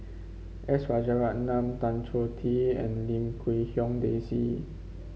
S Rajaratnam Tan Choh Tee and Lim Quee Hong Daisy